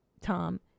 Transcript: Tom